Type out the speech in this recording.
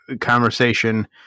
conversation